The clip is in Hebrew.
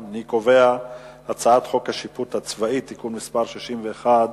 אני קובע כי הצעת חוק השיפוט הצבאי (תיקון מס' 61),